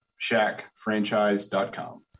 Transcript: shackfranchise.com